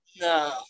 no